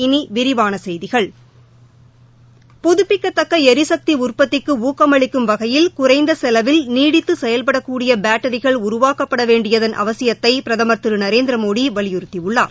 இனி விரிவான செய்திகள் புதுப்பிக்கத்தக்க எரிசக்தி உற்பத்திக்கு ஊக்கம் அளிக்கும் வகையில் குறைந்த செலவில் நீடித்து செயல்படக்கூடிய பேட்டரிகள் உருவாக்கப்பட வேண்டியதன் அவசியத்தை பிரதமா் திரு நரேந்திரமோடி வலியுறுத்தியுள்ளார்